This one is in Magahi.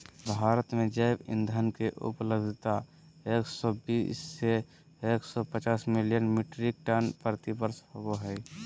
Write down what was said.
भारत में जैव ईंधन के उपलब्धता एक सौ बीस से एक सौ पचास मिलियन मिट्रिक टन प्रति वर्ष होबो हई